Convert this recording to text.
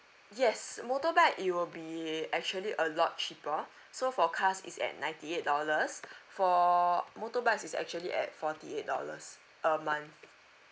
yes motorbike it will be actually a lot cheaper so for cars it's at ninety eight dollars for motorbikes it's actually at forty eight dollars a month